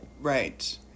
Right